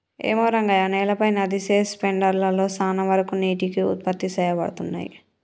ఏమో రంగయ్య నేలపై నదిసె స్పెండర్ లలో సాన వరకు నీటికి ఉత్పత్తి సేయబడతున్నయి